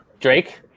Drake